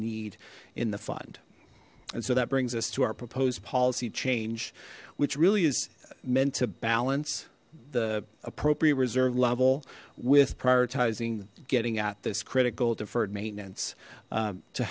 need in the fund and so that brings us to our proposed policy change which really is meant to balance the appropriate reserve level with prioritizing getting at this critical deferred maintenance